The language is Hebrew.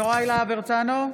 יוראי להב הרצנו,